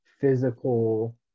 physical